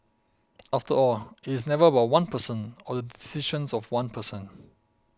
after all it is never about one person or the decisions of one person